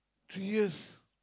three years